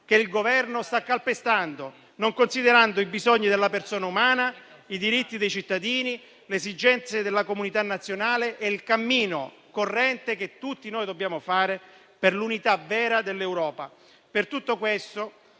che il Governo sta calpestando, non considerando i bisogni della persona umana, i diritti dei cittadini, le esigenze della comunità nazionale e il cammino corrente che tutti noi dobbiamo fare per l'unità vera dell'Europa. Per tutto questo